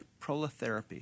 prolotherapy